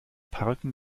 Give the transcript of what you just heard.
parken